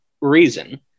reason